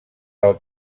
del